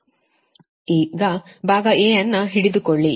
ಈಗ ಭಾಗ ಅನ್ನು ಹಿಡಿದುಕೊಳ್ಳಿ